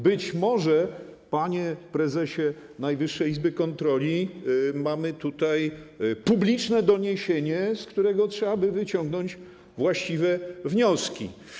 Być może, panie prezesie Najwyższej Izby Kontroli, mamy tutaj publiczne doniesienie, z którego trzeba wyciągnąć właściwe wnioski.